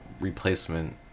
replacement